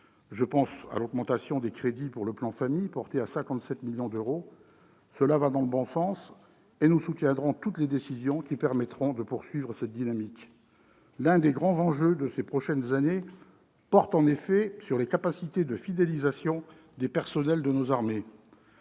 Je pense à l'augmentation des crédits pour le plan Famille, portés à 57 millions d'euros. Cela va dans le bon sens et nous soutiendrons toutes les décisions qui permettront de poursuivre cette dynamique. L'un des grands enjeux de ces prochaines années porte en effet sur les capacités de fidélisation des personnels de nos armées.